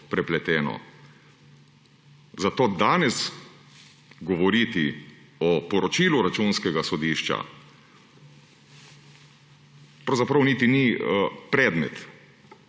prepleteno. Zato danes govoriti o poročilu Računskega sodišč – to pravzaprav niti ni predmet